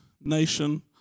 nation